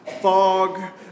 fog